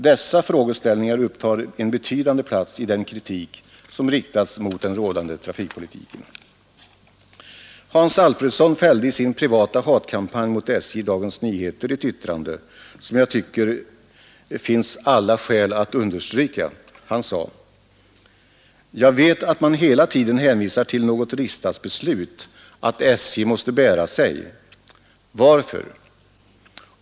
Dessa frågor upptar en betydande plats i den kritik som riktas mot den rådande trafikpolitiken. Hans Alfredsson fällde i sin privata hatkampanj emot SJ i Dagens Nyheter ett yttrande som jag tycker att det finns alla skäl att understryka. Han sade: ”Jag vet att man hela tiden hänvisar till något riksdagsbeslut att SJ måste bära sig. Varför?